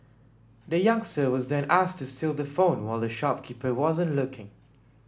the youngster was then asked to steal the phone while the shopkeeper wasn't looking